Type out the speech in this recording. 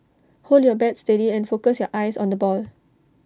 hold your bat steady and focus your eyes on the ball